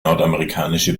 nordamerikanische